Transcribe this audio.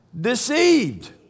Deceived